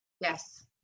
Yes